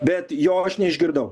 bet jo aš neišgirdau